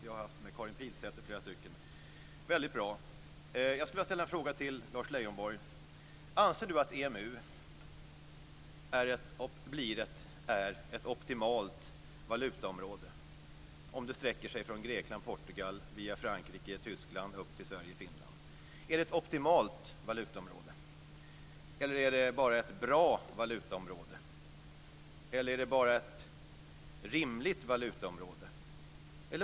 Jag har bl.a. haft flera stycken med Karin Pilsäter. Det är väldigt bra. Jag skulle vilja fråga Lars Leijonborg om han anser att EMU är ett optimalt valutaområde om det sträcker sig från Grekland och Portugal via Frankrike och Tyskland upp till Sverige och Finland. Är det ett optimalt valutaområde, är det ett bra valutaområde eller är det bara ett rimligt valutaområde?